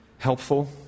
helpful